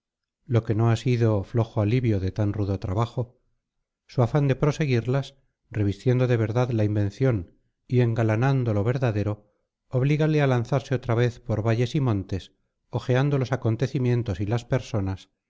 hado feliz puso en manos del narrador de estas historias lo que no ha sido flojo alivio de tan rudo trabajo su afán de proseguirlas revistiendo de verdad la invención y engalanando lo verdadero oblígale a lanzarse otra vez por valles y montes ojeando los acontecimientos y las personas